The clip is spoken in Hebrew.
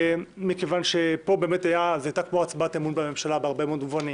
מכיוון שפה באמת זאת הייתה כמו הצבעת אמון בממשלה בהרבה מאוד מובנים,